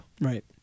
Right